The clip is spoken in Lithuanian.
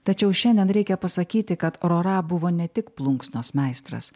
tačiau šiandien reikia pasakyti kad rora buvo ne tik plunksnos meistras